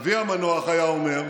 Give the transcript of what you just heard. (חבר הכנסת יוראי להב הרצנו יוצא מאולם המליאה.) אבי המנוח היה אומר: